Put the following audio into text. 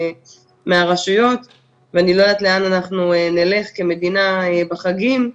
מהרשויות ואני לא יודעת לאן אנחנו נלך כמדינה בחגים,